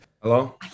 Hello